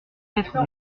être